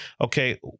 Okay